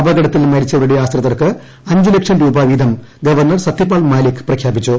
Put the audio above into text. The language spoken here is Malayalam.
അപകടത്തിൽ മരിച്ചവരുടെ ആശ്രിതർക്ക് അഞ്ച് ലക്ഷം രൂപ വീതം ഗവർണർ സത്യപാൽ മാലിക് പ്രഖ്യാപിച്ചു